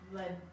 led